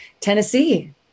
Tennessee